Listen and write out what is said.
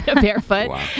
barefoot